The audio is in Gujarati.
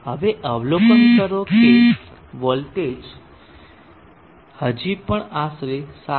હવે અવલોકન કરો કે વોલ્ટેજ હજી પણ આશરે 7